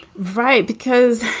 right because,